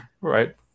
right